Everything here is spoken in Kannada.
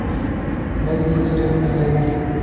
ಲೈಫ್ ಇನ್ಸೂರೆನ್ಸ್ ಅಂದ್ರ ಏನ?